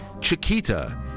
Chiquita